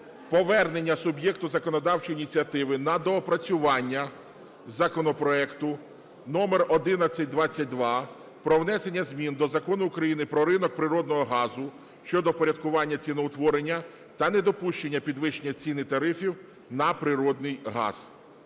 повернення суб'єкту законодавчої ініціативи на доопрацювання законопроекту номер 1122 про внесення змін до Закону України "Про ринок природного газу" щодо впорядкування ціноутворення та недопущення підвищення цін і тарифів на природний газ.